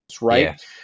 right